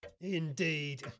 Indeed